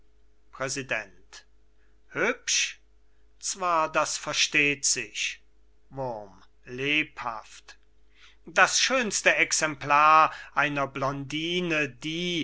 präsident hübsch zwar das versteht sich wurm lebhaft das schönste exemplar einer blondine die